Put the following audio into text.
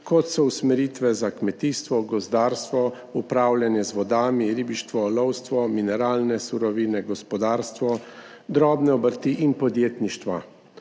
kot so usmeritve za kmetijstvo, gozdarstvo, upravljanje z vodami, ribištvo, lovstvo, mineralne surovine, gospodarstvo, drobne obrti in podjetništvo.